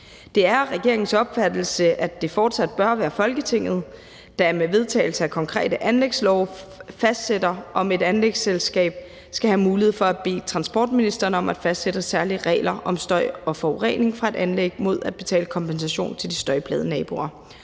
Det er regeringens opfattelse, at det fortsat bør være Folketinget, der med vedtagelse af konkrete anlægslove fastsætter, om et anlægsselskab skal have mulighed for at bede transportministeren om at fastsætte særlige regler om støj og forurening fra et anlæg mod at betale kompensation til de støjplagede naboer,